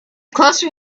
closer